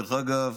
דרך אגב,